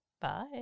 Bye